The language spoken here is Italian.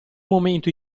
momento